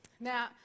Now